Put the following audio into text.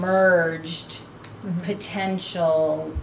merge potential